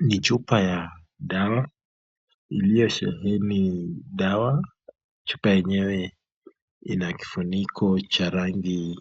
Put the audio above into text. Ni chupa ya dawa iliyosheheni dawa, chupa yenye ina kifuniko cha rangi